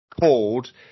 called